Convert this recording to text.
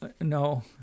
No